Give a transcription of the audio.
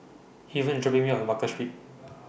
Haven IS dropping Me off At Baker Street